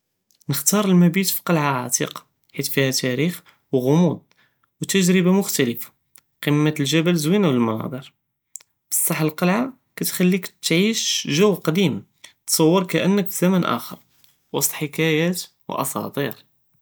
נקטר אלמבית פקלעה עטיקה, חית פיהא תאריח ו ג'ומוד' ו ת'ג'רבה מוכתלפה, קמת אלג'בל זוינה ו אלמנאזר בסח אלקלעה קתחליק תעיש ג'ו קדים, תתסור אנכ פי ג'ו אחר ווסט חקיאת ואסאטיר.